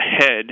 ahead